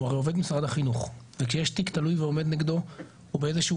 הוא הרי עובד משרד החינוך וכשיש תיק תלוי ועומד נגדו הוא באיזשהו